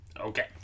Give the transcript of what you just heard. Okay